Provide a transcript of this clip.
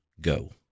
go